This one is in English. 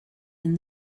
and